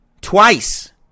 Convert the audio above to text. twice